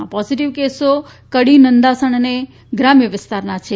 આ પોઝીટીવ કેસો કડી નંદાસણ અને ગ્રામ્ય વિસ્તારનાં છે